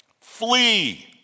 flee